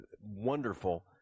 wonderful